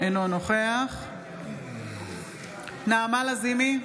אינו נוכח נעמה לזימי,